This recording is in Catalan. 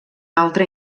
altre